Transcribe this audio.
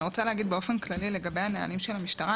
אני רוצה להגיד באופן כללי לגבי הנהלים של המשטרה,